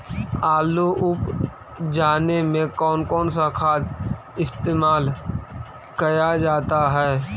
आलू उप जाने में कौन कौन सा खाद इस्तेमाल क्या जाता है?